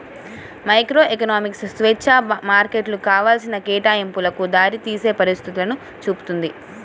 microeconomics స్వేచ్ఛా మార్కెట్లు కావాల్సిన కేటాయింపులకు దారితీసే పరిస్థితులను చూపుతుంది